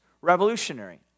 revolutionary